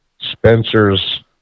Spencer's